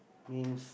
means